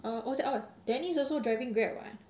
err what's that oh dennis also driving grab [what]